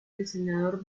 diseñador